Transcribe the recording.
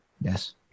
Yes